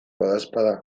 badaezpada